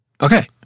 Okay